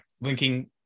linking